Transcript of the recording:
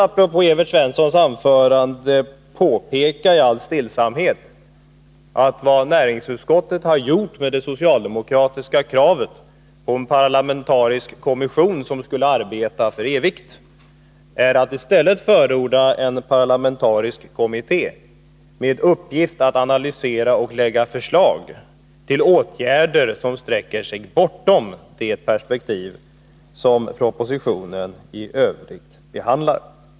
Apropå Evert Svenssons anförande vill jag också i all stillsamhet påpeka att vad näringsutskottet har gjort med det socialdemokratiska kravet på en parlamentarisk kommission, som skulle arbeta för evigt, är att i stället förorda en parlamentarisk kommitté med uppgift att analysera och lägga fram förslag till åtgärder som sträcker sig bortom det perspektiv som propositionen i övrigt behandlar.